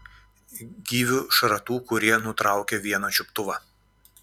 gyvių šratų kurie nutraukė vieną čiuptuvą